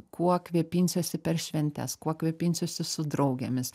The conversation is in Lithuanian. kuo kvėpinsiuosi per šventes kuo kvėpinsiuosi su draugėmis